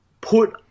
put